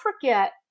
forget